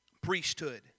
priesthood